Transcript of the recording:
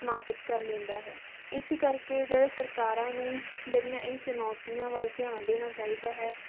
ਸਮਾਪਤ ਕਰ ਲੈਂਦਾ ਹੈ ਇਸ ਕਰਕੇ ਜਿਹੜੇ ਸਰਕਾਰਾਂ ਨੂੰ ਜਿਹੜੀਆਂ ਇਹ ਚੁਣੌਤੀਆਂ ਵੱਲ ਧਿਆਨ ਦੇਣਾ ਚਾਹੀਦਾ ਹੈ